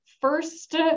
first